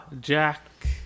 Jack